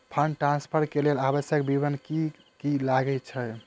Fund transfer केँ लेल आवश्यक विवरण की की लागै छै?